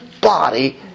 body